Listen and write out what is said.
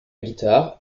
guitare